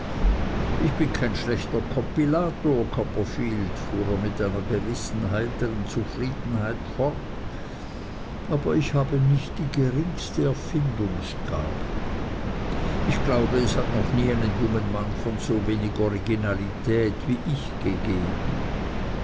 ich bin kein schlechter kompilator copperfield fuhr er mit einer gewissen heitern zufriedenheit fort aber ich habe nicht die geringste erfindungsgabe ich glaube es hat noch nie einen jungen mann von so wenig originalität wie ich bin gegeben